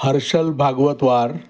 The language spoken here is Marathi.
हर्षल भागवतवार